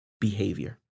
behavior